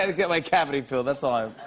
ah get my cavity filled. that's all i.